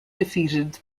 defeated